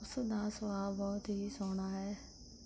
ਉਸ ਦਾ ਸੁਭਾਅ ਬਹੁਤ ਹੀ ਸੋਹਣਾ ਹੈ